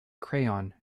crayon